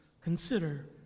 consider